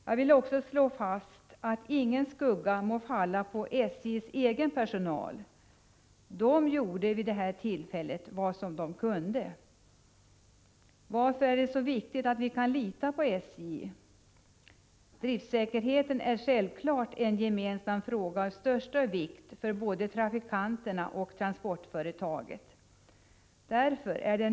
Jag vill också slå fast att ingen skugga skall falla på SJ:s egen personal — den gjorde vid det här tillfället vad den kunde. Varför är det så viktigt att vi kan lita på SJ? Driftsäkerheten är självfallet en fråga av största vikt för både trafikanterna och transportföretaget.